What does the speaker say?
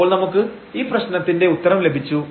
അപ്പോൾ നമുക്ക് ഈപ്രശ്നത്തിന്റെ ഉത്തരം ലഭിച്ചു